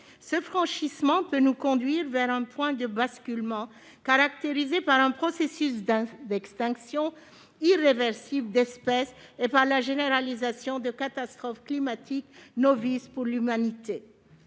Ce franchissement peut nous conduire vers un point de basculement caractérisé par un processus d'extinction irréversible d'espèces et par la généralisation de catastrophes climatiques nocives pour l'humanité.